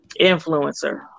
influencer